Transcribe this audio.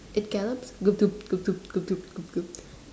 it gallops